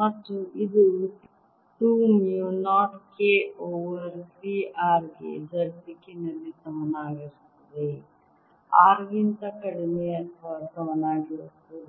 ಮತ್ತು ಇದು 2 mu 0 K over 3 R ಗೆ Z ದಿಕ್ಕಿನಲ್ಲಿ ಸಮಾನವಾಗಿರುತ್ತದೆ R ಗಿಂತ ಕಡಿಮೆ ಅಥವಾ ಸಮನಾಗಿರುತ್ತದೆ